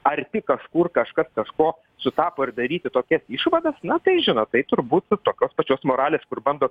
arti kažkur kažkas kažko sutapo ir daryti tokias išvadas na tai žinot tai turbūt tokios pačios moralės kur bando